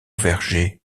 verger